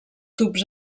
tubs